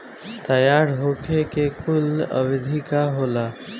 तैयार होखे के कूल अवधि का होला?